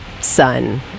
son